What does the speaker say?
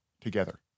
together